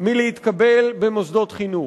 מלהתקבל במוסדות חינוך.